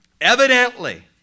Evidently